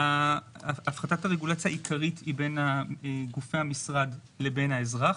הפחתת הרגולציה העיקרית היא בין גופי המשרד לבין האזרח.